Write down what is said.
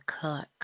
cook